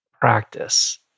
practice